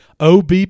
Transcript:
OB